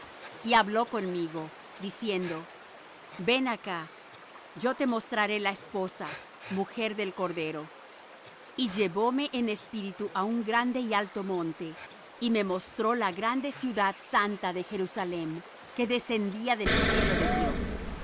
y habló conmigo diciendo ven acá yo te mostraré la esposa mujer del cordero y llevóme en espíritu á un grande y alto monte y me mostró la grande ciudad santa de jerusalem que descendía del cielo de dios